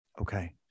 Okay